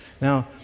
Now